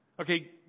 Okay